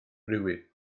friwydd